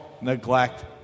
neglect